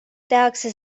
tehakse